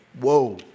Whoa